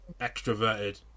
extroverted